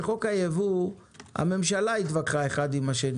בחוק הייבוא גורמי הממשלה התווכחו זה עם זה,